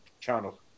channel